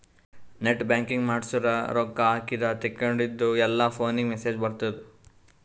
net banking ಮಾಡ್ಸುರ್ ರೊಕ್ಕಾ ಹಾಕಿದ ತೇಕೊಂಡಿದ್ದು ಎಲ್ಲಾ ಫೋನಿಗ್ ಮೆಸೇಜ್ ಬರ್ತುದ್